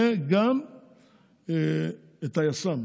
וגם את היס"מ,